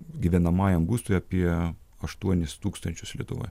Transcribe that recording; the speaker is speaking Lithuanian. gyvenamajam būstui apie aštuonis tūkstančius lietuvoj